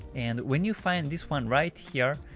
and when you find this one right here,